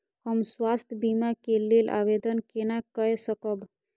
हम स्वास्थ्य बीमा के लेल आवेदन केना कै सकब?